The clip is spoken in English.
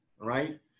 right